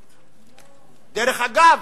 אגב,